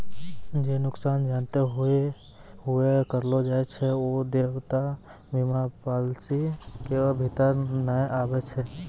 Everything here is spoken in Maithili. जे नुकसान जानते हुये करलो जाय छै उ देयता बीमा पालिसी के भीतर नै आबै छै